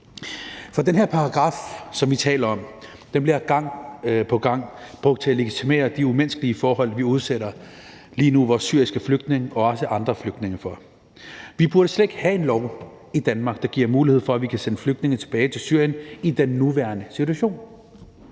taler om, bliver gang på gang brugt til at legitimere de umenneskelige forhold, vi lige nu udsætter vores syriske flygtninge og også andre flygtninge for. Vi burde slet ikke have en lov i Danmark, der giver mulighed for, at vi kan sende flygtninge tilbage til Syrien i den nuværende situation.